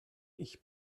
ich